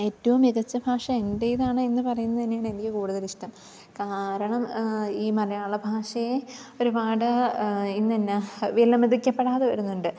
ഏറ്റവും മികച്ച ഭാഷ എൻറ്റേതാണ് എന്നു പറയുന്നതു തന്നെയാണ് എനിക്ക് കൂടുതലിഷ്ടം കാരണം ഈ മലയാള ഭാഷയെ ഒരുപാട് ഇന്ന് എന്നാ വിലമതിക്കപ്പെടാതെ വരുന്നുണ്ട്